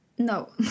no